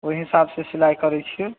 ओही हिसाबसँ सिलाइ करै छिए